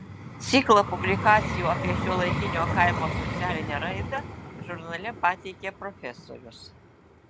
ciklą publikacijų apie šiuolaikinio kaimo socialinę raidą žurnale pateikė profesorius